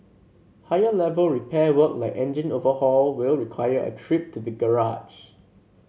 higher level repair work like engine overhaul will require a trip to the garage